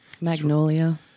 Magnolia